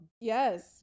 yes